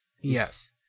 yes